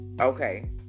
Okay